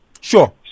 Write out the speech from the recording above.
Sure